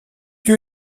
lieu